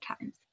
times